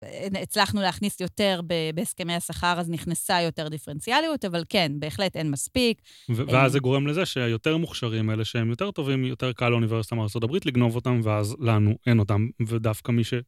הצלחנו להכניס יותר בסכמי השכר, אז נכנסה יותר דיפרנציאליות, אבל כן, בהחלט אין מספיק. ואז זה גורם לזה שהיותר מוכשרים, אלה שהם יותר טובים, יותר קל לאוניברסיטה מארה״ב, לגנוב אותם, ואז לנו אין אותם, ודווקא מי ש...